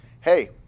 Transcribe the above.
Hey